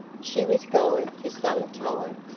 she was gone for some time,